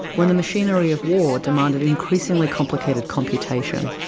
when the machinery of war demanded increasingly complicated computation.